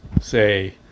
say